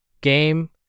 game